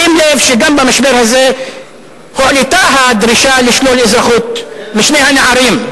שים לב שגם במשבר הזה הועלתה הדרישה לשלול אזרחות משני הנערים,